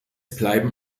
bleiben